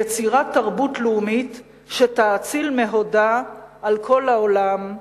יצירת תרבות לאומית שתאציל מהודה על כל העולם,